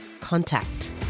contact